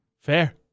Fair